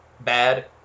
bad